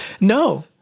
No